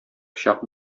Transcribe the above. пычак